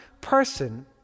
person